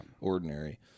ordinary